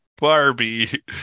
Barbie